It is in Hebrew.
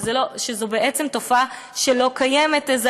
שזאת בעצם תופעה שלא קיימת,